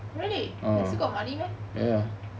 really they still got money meh